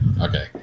okay